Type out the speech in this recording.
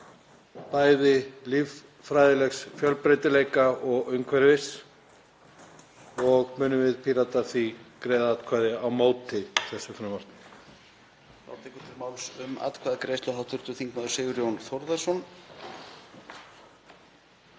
bæði líffræðilegs fjölbreytileika og umhverfis og munum við Píratar því greiða atkvæði á móti þessu frumvarpi.